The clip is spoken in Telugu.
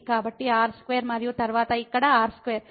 కాబట్టి r2 మరియు తరువాత ఇక్కడ r2